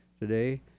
today